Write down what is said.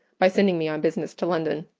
by sending me on business to london.